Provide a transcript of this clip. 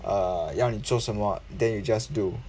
err 要你做什么 then you just do